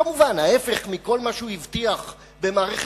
כמובן ההיפך מכל מה שהוא הבטיח במערכת